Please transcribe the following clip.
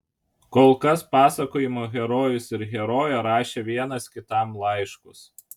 kol kas pasakojimo herojus ir herojė rašė vienas kitam laiškus